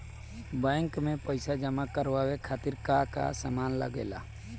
Bank में पईसा जमा करवाये खातिर का का सामान लगेला?